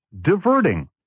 diverting